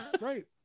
Right